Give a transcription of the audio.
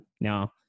Now